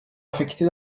affectés